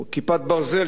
"כיפת ברזל"?